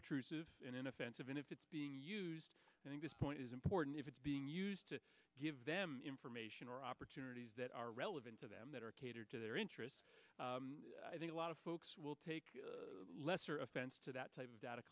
obtrusive inoffensive and if it's being used i think this point is important if it's being used to give them information or opportunities that are relevant to them that are cater to their interests i think a lot of folks will take lesser offense to that type of data